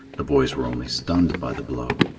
the boys were only stunned by the blow.